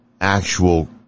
actual